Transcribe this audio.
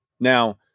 now